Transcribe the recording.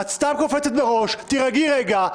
את סתם קופצת בראש, תירגעי רגע.